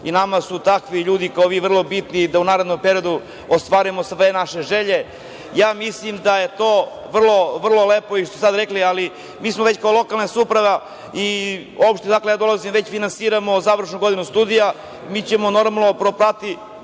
i nama su takvi ljudi kao vi vrlo bitni da u narednom periodu ostvarimo sve naše želje. Mislim da je vrlo lepo to što ste sada rekli, ali mi kao lokalna samouprava i opština odakle ja dolazim finansiramo završnu godinu studija. Mi ćemo normalno propratiti